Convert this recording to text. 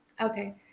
Okay